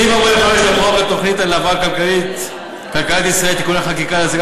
סעיף 45 לחוק התוכנית להבראת כלכלת ישראל (תיקוני חקיקה להשגת